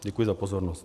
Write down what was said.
Děkuji za pozornost.